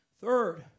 Third